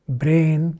brain